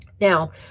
Now